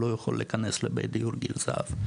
לא יכול להיכנס לבית דיור גיל זהב,